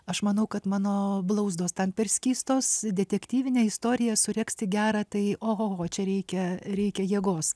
aš manau kad mano blauzdos tam per skystos detektyvinę istoriją suregzti gerą tai oho čia reikia reikia jėgos